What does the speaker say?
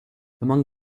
among